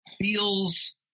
feels